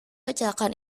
kecelakaan